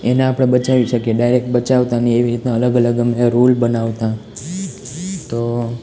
એને આપણે બચાવી શકીએ ડાયરેક બચાવતા નહીં એવી રીતના અલગ અલગ અમે રૂલ બનાવતા તો